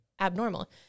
abnormal